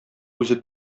үзе